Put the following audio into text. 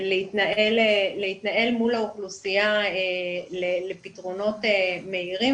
ולהתנהל מול האוכלוסייה לפתרונות מהירים